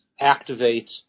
activate